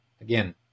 Again